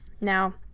Now